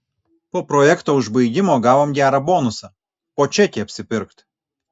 po projekto užbaigimo gavom gerą bonusą po čekį apsipirkt